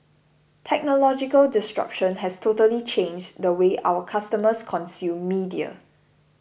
technological disruption has totally changed the way our customers consume media